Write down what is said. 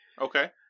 Okay